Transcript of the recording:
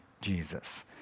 Jesus